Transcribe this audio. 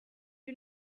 you